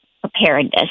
preparedness